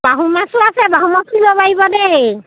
বাহু মাছো আছে বাহু মাছো নিব পাৰিব দেই